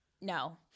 no